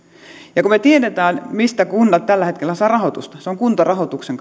ja kun me tiedämme mistä kunnat tällä hetkellä saavat rahoitusta se on kuntarahoituksen